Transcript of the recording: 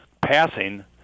passing